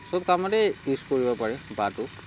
চব কামতে ইউজ কৰিব পাৰে বাঁহটো